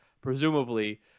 presumably